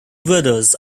brothers